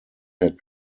had